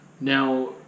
Now